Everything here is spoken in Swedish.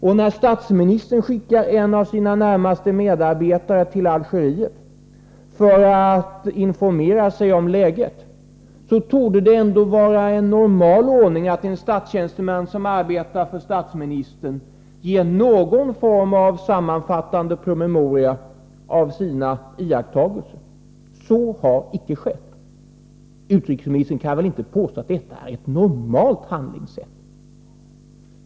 Och när statsministern har skickat en av sina närmaste medarbetare till Algeriet för att informera sig om läget, så torde det ändå vara en normal ordning att en statstjänsteman som arbetar för statsministern lämnar någon form av sammanfattande promemoria om sina iakttagelser. Så har icke skett. Utrikesministern kan väl inte påstå att detta är ett normalt handlingssätt.